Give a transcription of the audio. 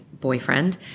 boyfriend